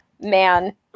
man